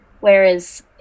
Whereas